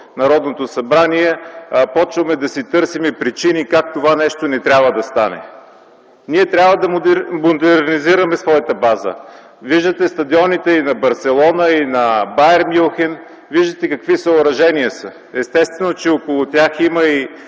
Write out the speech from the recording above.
Народното събрание, започваме да си търсим причини как това нещо не трябва да стане. Ние трябва да модернизираме своята база – виждате стадионите и на Барселона, и на „Байерн Мюнхен”, виждате какви съоръжения са. Естествено, че около тях има и